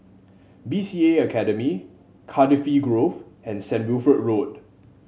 B C A Academy Cardifi Grove and Saint Wilfred Road